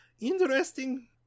interesting